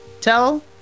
tell